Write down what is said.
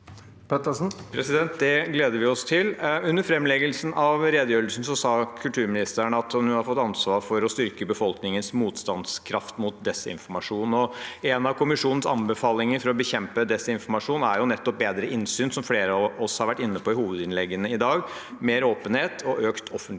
Det gleder vi oss til. Under framleggelsen av redegjørelsen sa kulturministeren at hun har fått ansvar for å styrke befolkningens motstandskraft mot desinformasjon. En av kommisjonens anbefalinger for å bekjempe desinformasjon er nettopp bedre innsyn, mer åpenhet og økt offentlighet, som flere av oss har vært inne på i hovedinnleggene i dag. Det er noe jeg selv